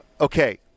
okay